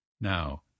Now